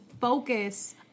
focus